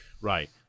right